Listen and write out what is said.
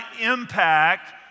impact